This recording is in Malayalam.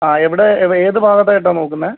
ആ എവിടെ അത് ഏതു ഭാഗത്തായിട്ടാണ് നോക്കുന്നത്